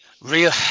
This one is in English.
Real